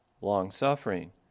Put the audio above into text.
long-suffering